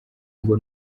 ngo